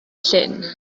llyn